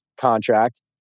contract